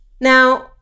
Now